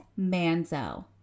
Manzo